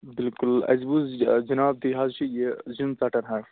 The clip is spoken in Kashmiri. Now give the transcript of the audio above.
بالکُل اسہِ بوٗز جناب تُہۍ حظ چھُ یہِ زیُن ژٹَن حظ